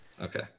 okay